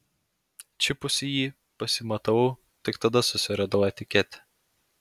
čiupusi jį pasimatavau tik tada susiradau etiketę